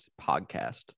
podcast